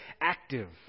active